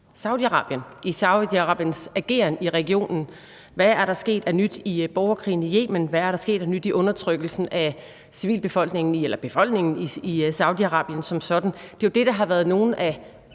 Saudi-Arabien og med Saudi-Arabiens ageren i regionen, hvad der er sket af nyt i borgerkrigen i Yemen, og hvad der er sket af nyt i forhold til undertrykkelsen af befolkningen i Saudi-Arabien som sådan. Det er jo det, der har været nogle af